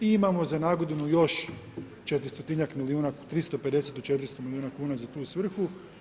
I imamo za nagodinu još 400 tinjak milijuna, 350-400 milijuna kuna za tu svrhu.